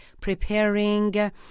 preparing